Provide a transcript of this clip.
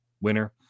winner